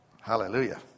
Hallelujah